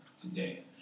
today